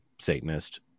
Satanist